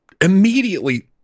immediately